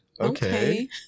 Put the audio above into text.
Okay